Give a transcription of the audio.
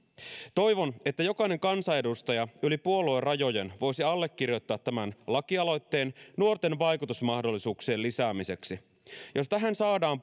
toivon että jokainen kansanedustaja yli puoluerajojen voisi allekirjoittaa tämän lakialoitteen nuorten vaikutusmahdollisuuksien lisäämiseksi jos tähän saadaan